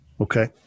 Okay